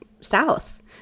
south